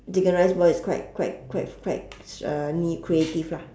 chicken rice ball is quite quite quite quite niche creative lah